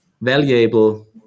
valuable